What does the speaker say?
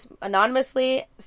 anonymously